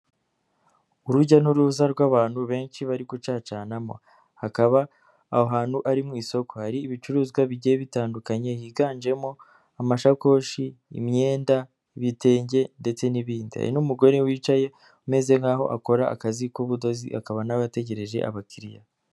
urujya n'uruza rw'abantu benshi bari gucacanamo, hakaba aho hantu ari mu isoko, hari ibicuruzwa bigiye bitandukanye higanjemo amashakoshi, imyenda, ibitenge ndetse n'ibindi, hari n'umugore wicaye umeze nkaho akora akazi k'ubudozi akaba nawe ategereje abakiriya.